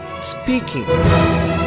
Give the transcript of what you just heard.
speaking